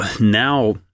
now